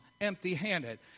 empty-handed